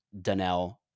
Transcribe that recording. Danelle